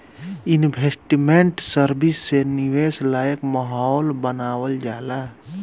investment service से निवेश लायक माहौल बानावल जाला